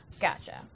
Gotcha